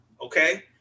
okay